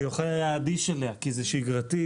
ויוחאי היה אדיש אליה כי זה שגרתי,